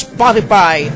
Spotify